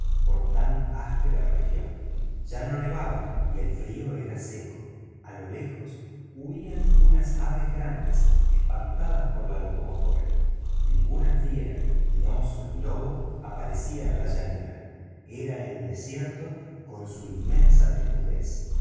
por tan áspera región ya no nevaba y el frío era seco a lo lejos unas aves grandes espantadas por la locomotora ninguna fiera ni oso ni lobo aparecía en la llanura era el desierto con su inmensa desnudez